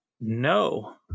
No